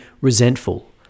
resentful